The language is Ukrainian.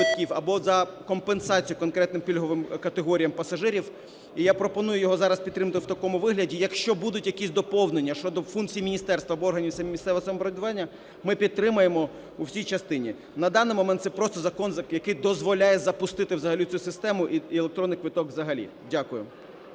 або за компенсацію конкретним пільговим категоріям пасажирів. І я пропоную його зараз підтримати в такому вигляді. Якщо будуть якісь доповнення щодо функцій міністерства або органів місцевого самоврядування, ми підтримаємо в цій частині. На даний момент це просто закон, який дозволяє запустити взагалі цю систему і електронний квиток взагалі. Дякую.